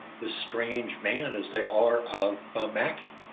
this strange man as they are of mackie.